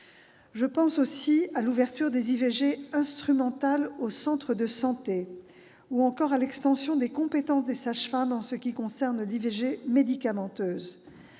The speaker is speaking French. Je pense aussi à l'ouverture des IVG instrumentales aux centres de santé, ou encore à l'extension des compétences des sages-femmes en ce qui concerne l'IVG médicamenteuse.